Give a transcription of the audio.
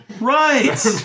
Right